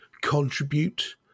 contribute